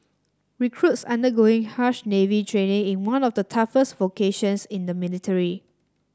recruits undergoing harsh Navy training in one of the toughest vocations in the military